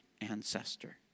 ancestor